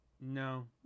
No